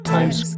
Times